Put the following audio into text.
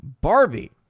Barbie